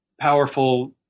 powerful